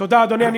תודה, אדוני.